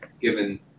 given